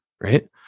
Right